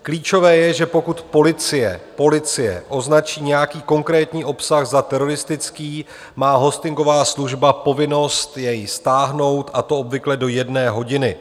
Klíčové je, že pokud policie označí nějaký konkrétní obsah za teroristický, má hostingová služba povinnost jej stáhnout, a to obvykle do jedné hodiny.